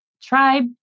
Tribe